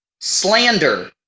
slander